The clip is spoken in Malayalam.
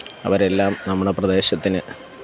അവരെല്ലാം നമ്മുടെ പ്രദേശത്തിന്